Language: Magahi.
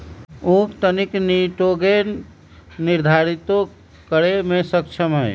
उख तनिक निटोगेन निर्धारितो करे में सक्षम हई